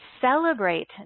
Celebrate